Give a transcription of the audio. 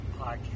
Podcast